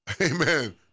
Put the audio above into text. amen